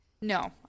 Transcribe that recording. no